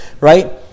right